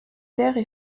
terres